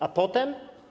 A potem?